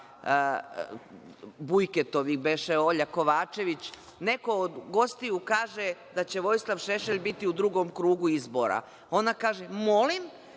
Bujketovih, beše Kovačević, neko od gostiju kaže da će Vojislav Šešelj biti u drugom krugu izbora, a ona kaže – molim,